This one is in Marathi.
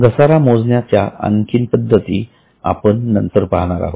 घसारा मोजण्याचा आणखीन पद्धती आपण नंतर पाहणार आहोत